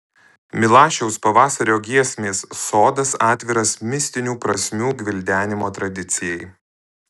milašiaus pavasario giesmės sodas atviras mistinių prasmių gvildenimo tradicijai